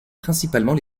principalement